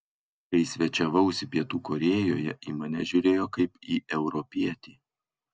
kai svečiavausi pietų korėjoje į mane žiūrėjo kaip į europietį